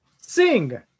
Sing